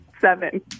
Seven